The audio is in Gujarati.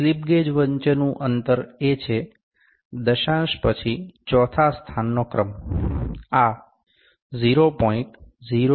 સ્લિપ ગેજ વચ્ચેનું અંતર એ છે દશાંશ પછી ચોથા સ્થાનનો ક્રમ આ 0